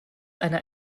einer